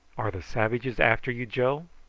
are the savages after you, joe?